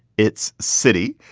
it's city.